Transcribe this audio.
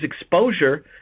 exposure